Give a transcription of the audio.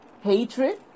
Hatred